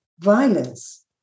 Violence